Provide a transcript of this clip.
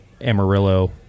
amarillo